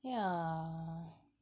yeah